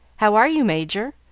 how are you, major?